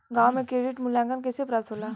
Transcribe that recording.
गांवों में क्रेडिट मूल्यांकन कैसे प्राप्त होला?